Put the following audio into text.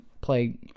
play